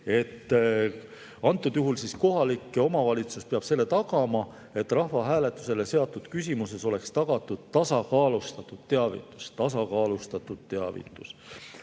antud juhul peab kohalik omavalitsus selle tagama, et rahvahääletusele seatud küsimuses oleks tagatud tasakaalustatud teavitus. Tasakaalustatus teavitus.